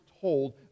told